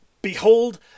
Behold